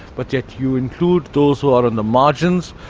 but that you include those who are on the margins,